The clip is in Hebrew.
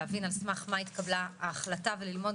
להבין על סמך התקבלה ההחלטה וללמוד